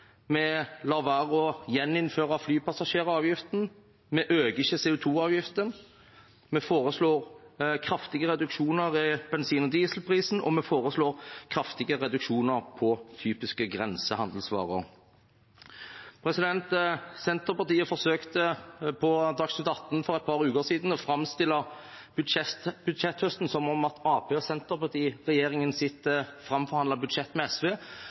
vi lar være å gjeninnføre flypassasjeravgiften, vi øker ikke CO 2 -avgiften, vi foreslår kraftige reduksjoner i bensin- og dieselprisen, og vi foreslår kraftige reduksjoner i prisen på typiske grensehandelsvarer. Senterpartiet forsøkte på Dagsnytt 18 for et par uker siden å framstille budsjetthøsten som at Arbeiderparti–Senterparti-regjeringens framforhandlede budsjett med SV kutter avgifter med